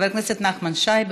חבר הכנסת נחמן שי,